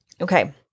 Okay